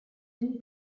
him